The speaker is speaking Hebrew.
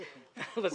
יש היצף גדול.